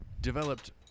developed